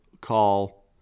call